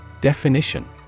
Definition